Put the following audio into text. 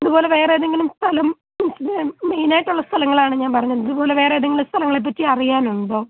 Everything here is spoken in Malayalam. ഇതുപോലെ വേറേതെങ്കിലും സ്ഥലം മീൻസ് മെയിനായിട്ടുള്ള സ്ഥലങ്ങളാണ് ഞാൻ പറഞ്ഞത് ഇതുപോലെ വേറേതെങ്കിലും സ്ഥലങ്ങളെ പറ്റി അറിയാനുണ്ടോ